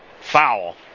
foul